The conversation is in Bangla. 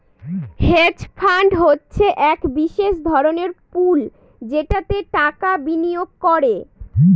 হেজ ফান্ড হচ্ছে এক বিশেষ ধরনের পুল যেটাতে টাকা বিনিয়োগ করে